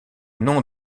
nom